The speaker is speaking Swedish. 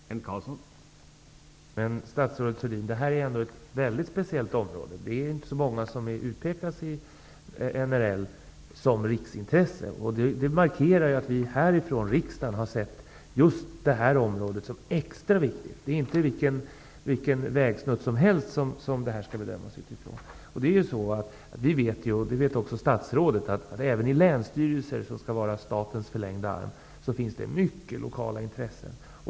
Herr talman! Men, statsrådet Thurdin, det gäller här ett väldigt speciellt område. Det är ju inte särskilt många områden som utpekas i NRL som riksintressen. Det markerar att riksdagen har ansett just det här aktuella området vara extra viktigt. Det är ju inte vilken vägsnutt som helst som det här skall bedömas utifrån. Även statsrådet vet att det också i länsstyrelserna, som skall vara statens förlängda arm, finns mycket av lokala intressen.